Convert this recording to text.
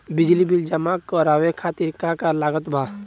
बिजली बिल जमा करावे खातिर का का लागत बा?